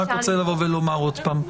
אני רוצה לומר שוב,